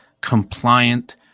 compliant